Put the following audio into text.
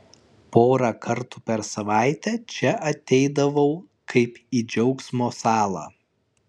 porą kartų per savaitę čia ateidavau kaip į džiaugsmo salą